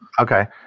Okay